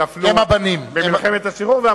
שנפלו במלחמת השחרור.